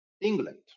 England